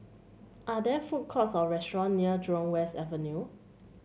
are there food courts or restaurant near Jurong West Avenue